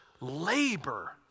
labor